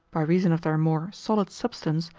by reason of their more solid substance,